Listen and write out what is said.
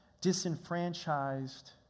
disenfranchised